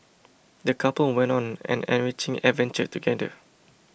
the couple went on an enriching adventure together